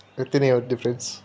यति नै हो डिफरेन्स